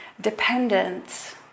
dependence